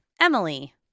Emily